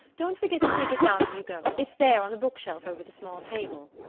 don't forget to take it down when you go it's there on the bookshelf over the small table.